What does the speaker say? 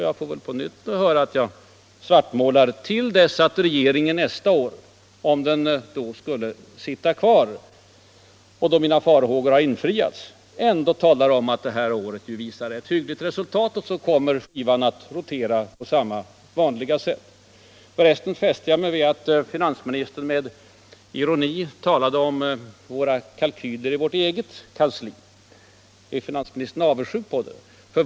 Jag får väl på nytt höra att jag svartmålar till dess att regeringen nästa år — om den då skulle sitta kvar — då mina farhågor har besannats, talar om att det här året har visat upp ett ”hyggligt resultat.” Så kommer skivan att rotera på samma gamla vanliga sätt. Jag fäste mig förresten vid att finansministern med ironi talade om kalkylerna från vårt kansli. Är finansministern avundsjuk på dem?